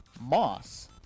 Moss